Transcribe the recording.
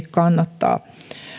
kannattaa yksimielisesti